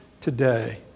today